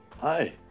Hi